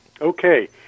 Okay